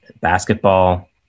basketball